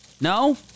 No